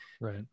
Right